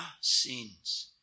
sins